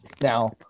Now